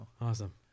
Awesome